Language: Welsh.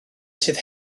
sydd